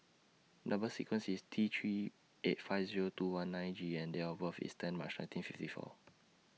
Number sequence IS T three eight five Zero two one nine G and Date of birth IS ten March nineteen fifty four